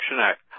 Act